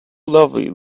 lovely